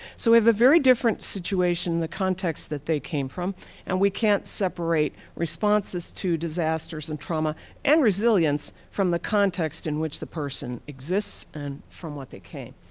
so we have a very different situation in the context that they came from and we can't separate responses to disasters and trauma and resilience from the context in which the person exists and from what they came.